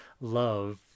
love